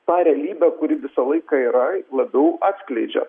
ta realybė kuri visą laiką yra labiau atskleidžia